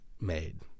made